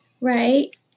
right